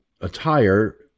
attire